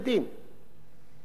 וזה רק מוכיח לי